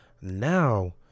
now